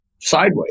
sideways